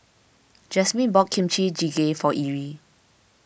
Jasmyn bought Kimchi Jjigae for Irl